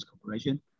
Corporation